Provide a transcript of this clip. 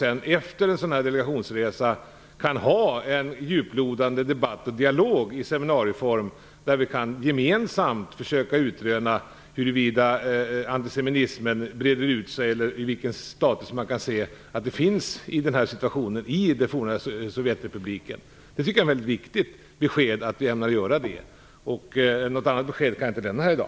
Efter delegationsresan kan vi ha en djuplodande debatt och dialog i seminarieform, där vi gemensamt kan försöka utröna huruvida antisemitismen breder ut sig och hur situationen är i det forna Sovjetunionen. Det tycker jag är ett väldigt viktigt besked. Något annat besked kan jag inte lämna här i dag.